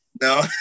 No